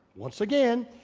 once again,